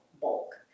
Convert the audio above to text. bulk